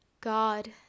God